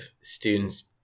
students